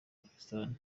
pakistan